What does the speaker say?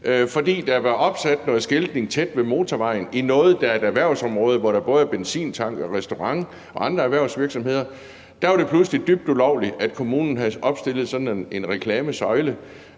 fordi der var opsat noget skiltning tæt ved motorvejen i noget, der er et erhvervsområde, hvor der både er benzintank og restaurant og andre erhvervsvirksomheder. Der var det pludselig dybt ulovligt, at kommunen havde opstillet en reklamesøjle.